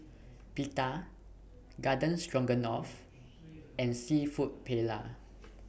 Pita Garden Stroganoff and Seafood Paella